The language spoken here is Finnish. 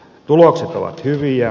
tulokset ovat hyviä